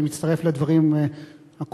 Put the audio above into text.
אני מצטרף לדברים הקודמים.